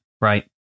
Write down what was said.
right